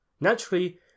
Naturally